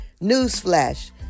Newsflash